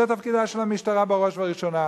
זה תפקידה של המשטרה בראש ובראשונה,